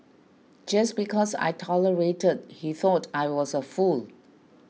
just because I tolerated he thought I was a fool